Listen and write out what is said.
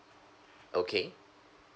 okay